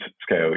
scale